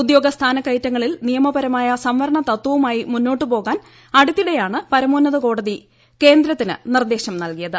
ഉദ്യോഗ സ്ഥാനക്കയറ്റങ്ങളിൽ നിയമപരമായ സംവരണ തത്വവുമായി മുന്നോട്ടു പോകാൻ അടുത്തിടെയാണ് പരമോന്നത കോടതി കേന്ദ്രത്തിന് നിർദ്ദേശം നൽകിയത്